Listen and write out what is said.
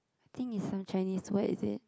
I think it's some Chinese word is it